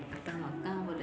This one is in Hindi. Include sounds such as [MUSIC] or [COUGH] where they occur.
[UNINTELLIGIBLE]